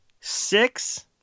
Six